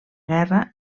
guerra